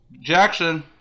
Jackson